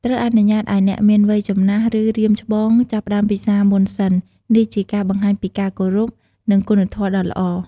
ត្រូវអនុញ្ញាតឱ្យអ្នកមានវ័យចំណាស់ ឬរៀមច្បងចាប់ផ្ដើមពិសារមុនសិន នេះជាការបង្ហាញពីការគោរព និងគុណធម៌ដ៏ល្អ។